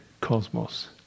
cosmos